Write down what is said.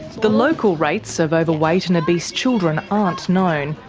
the local rates of overweight and obese children aren't known,